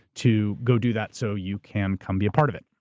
to go do that so you can come be a part of it.